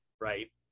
Right